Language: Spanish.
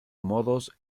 modos